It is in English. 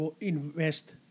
invest